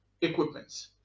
equipments